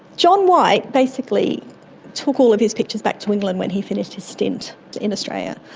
john white basically took all of his pictures back to england when he finished his stint in australia.